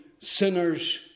sinners